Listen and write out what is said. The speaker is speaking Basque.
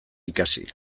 ikasi